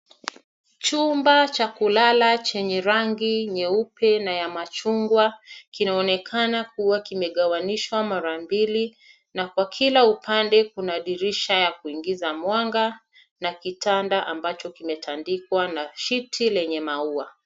Chumba cha kulala chenye rangi nyeupe na ya machungwa kinaonekana kuwa kimegawanishwa mara mbili na kwa kila upande kuna dirisha ya kuingiza mwanga na kitanda ambacho kimetandikwa na sheet lenye maua.